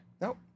Nope